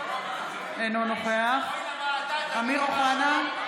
אינו נוכח אמיר אוחנה,